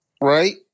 right